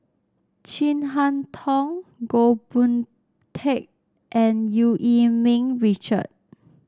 Chin Harn Tong Goh Boon Teck and Eu Yee Ming Richard